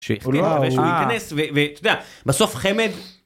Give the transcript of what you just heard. ואתה יודע, בסוף חמד.